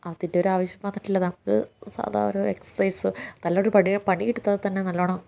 അതിൻ്റൊരു ആവശ്യം വന്നിട്ടില്ല നമുക്ക് സാധാ ഒരു എക്സർസൈസ് നല്ലൊരു പണി പണിയെടുത്താൽ തന്നെ നല്ലോണം